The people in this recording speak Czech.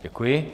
Děkuji.